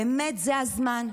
באמת זה הזמן?